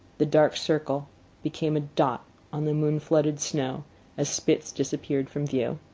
the dark circle became a dot on the moon-flooded snow as spitz disappeared from view.